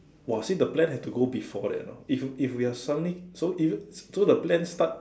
!wah! see the plan has to go before that know if if we're suddenly so if so the plan start